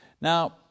Now